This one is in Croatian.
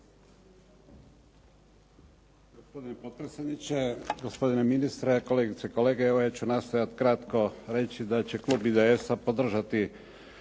Hvala vam